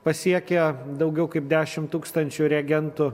pasiekę daugiau kaip dešimt tūkstančių reagentų